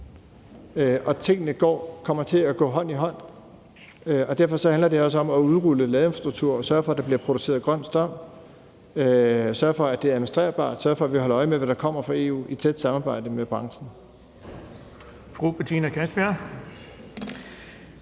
og tingene kommer til at gå hånd i hånd. Derfor handler det også om at udrulle en ladeinfrastruktur og sørge for, at der bliver produceret grøn strøm, sørge for, at det er administrerbart, sørge for, at vi holder øje med, hvad der kommer fra EU, i et tæt samarbejde med branchen.